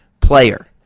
player